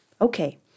Okay